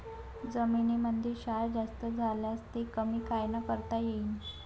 जमीनीमंदी क्षार जास्त झाल्यास ते कमी कायनं करता येईन?